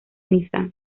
nissan